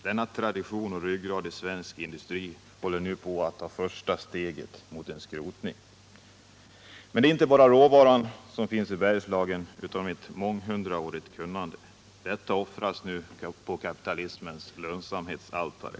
Denna tradition och denna ryggrad i svensk industri håller nu på att försvinna i och med att man tar första steget mot en skrotning. Men det är inte bara råvaran som finns i Bergslagen utan också ett månghundraårigt kunnande. Detta offras nu på kapitalismens lönsamhetsaltare.